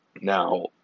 Now